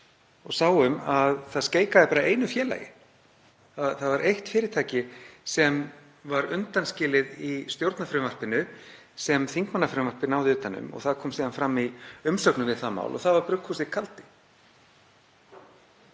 Við sáum að það skeikaði bara einu félagi. Það var eitt fyrirtæki sem var undanskilið í stjórnarfrumvarpinu sem þingmannafrumvarpið náði utan um, og það kom síðan fram í umsögnum við það mál, og það er brugghúsið Kaldi.